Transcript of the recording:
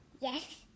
Yes